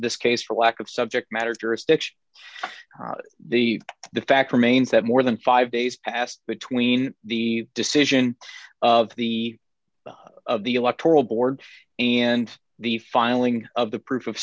this case for lack of subject matter jurisdiction the the fact remains that more than five days passed between the decision of the of the electoral board and the filing of the proof of